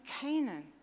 Canaan